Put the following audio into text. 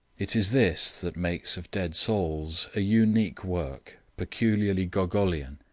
it is this that makes of dead souls a unique work, peculiarly gogolian,